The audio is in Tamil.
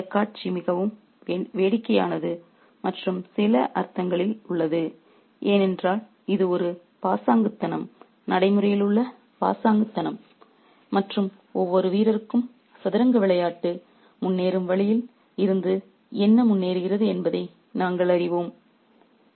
எனவே இந்த காட்சி மிகவும் வேடிக்கையானது மற்றும் சில அர்த்தங்களில் உள்ளது ஏனென்றால் இது ஒரு பாசாங்குத்தனம் நடைமுறையில் உள்ள பாசாங்குத்தனம் மற்றும் ஒவ்வொரு வீரருக்கும் சதுரங்க விளையாட்டு முன்னேறும் வழியில் இருந்து என்ன முன்னேறுகிறது என்பதை நாங்கள் அறிவோம்